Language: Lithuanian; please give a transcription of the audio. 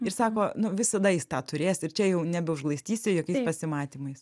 ir sako nu visada jis tą turės ir čia jau nebeužglaistysi jokiais pasimatymais